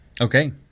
Okay